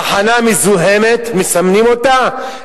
תחנה מזוהמת, מסמנים אותה.